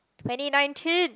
twenty nineteen